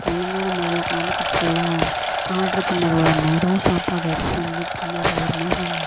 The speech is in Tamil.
ஒழுங்கான முறையில் கொண்டாந்து கொடுக்கல ஆட்ரு பண்ணிணது ஒரு நேரம் சாப்பாடு எடுத்துகிட்டு வந்து தந்தது ஒரு நேரம்